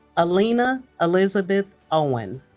elena elizabeth owen